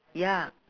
ya